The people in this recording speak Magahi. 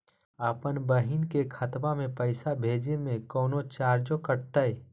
अपन बहिन के खतवा में पैसा भेजे में कौनो चार्जो कटतई?